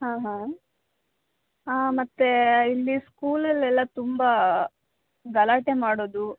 ಹಾಂ ಹಾಂ ಹಾಂ ಮತ್ತೆ ಇಲ್ಲಿ ಸ್ಕೂಲಲ್ಲೆಲ್ಲ ತುಂಬಾ ಗಲಾಟೆ ಮಾಡೋದು